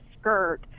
skirt –